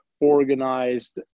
organized